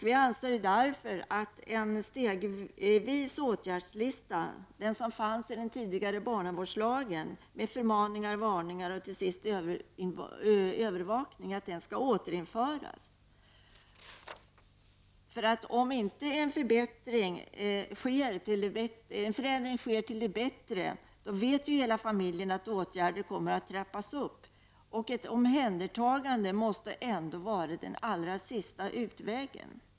Vi anser därför att en stegvis åtgärdslista, som den som fanns i den tidigare barnavårdslagen med förmaningar, varningar och till sist övervakning, skall återinföras. Hela familjen vet att om inte en förändring till det bättre sker kommer åtgärderna att trappas upp. Ett omhändertagande måste ändå vara den allra sista utvägen.